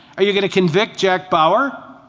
are you going to convict jack bauer?